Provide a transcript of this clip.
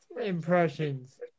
impressions